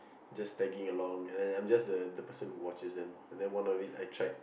just tagging along and then I'm just the the person who watches them and one of it I tried